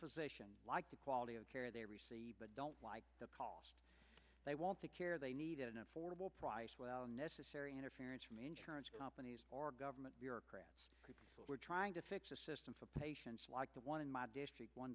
physician like the quality of care they receive but don't like the cost they won't take care they need an affordable price well unnecessary interference from insurance companies or government bureaucrats we're trying to fix the system for patients like the one in my district one